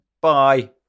Bye